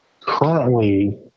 currently